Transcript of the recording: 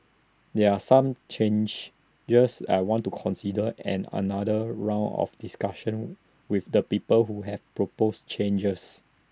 there are some changes years I want to consider and another round of discussion with the people who have proposed changes